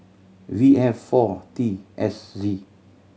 V F four T S Z